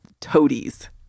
toadies